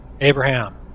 Abraham